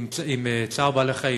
עם "צער בעלי-חיים",